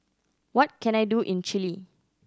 what can I do in Chile